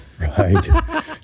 Right